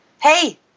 Hey